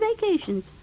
vacations